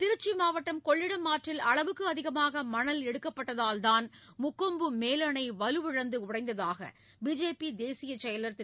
திருச்சி மாவட்டம் கொள்ளிடம் ஆற்றில் அளவுக்கு அதிகமாக மணல் எடுக்கப்பட்டதால் தான் முக்கொம்பு மேலணை வலுவிழந்து உடைந்ததாக பிஜேபி தேசியத் செயலாளர் திரு